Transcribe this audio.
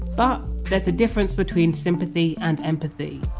but there's a difference between sympathy and empathy.